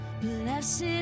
Blessed